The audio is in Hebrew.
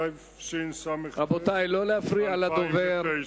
התשס"ט 2009. רבותי, לא להפריע לדובר.